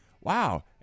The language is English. Wow